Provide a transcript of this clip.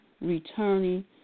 returning